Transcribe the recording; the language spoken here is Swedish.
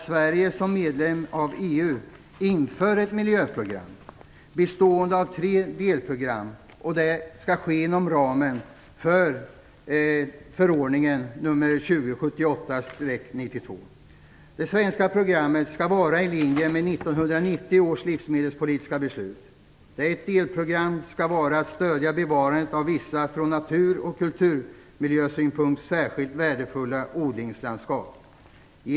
Sverige som medlem av EU inför ett miljöprogram bestående av tre delprogram, vilket skall ske inom ramen för förordningen nr 2078/92. Det svenska programmet skall vara i linje med 1990 års livsmedelspolitiska beslut. Enligt ett delprogram skall bevarandet av vissa från natur och kulturmiljösynpunkt särskilt värdefulla odlingslandskap stödjas.